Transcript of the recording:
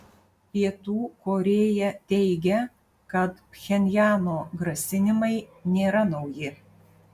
pietų korėja teigia kad pchenjano grasinimai nėra nauji